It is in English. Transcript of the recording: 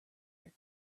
are